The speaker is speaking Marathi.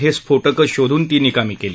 हस्किोटकं शोधून ती निकामी कल्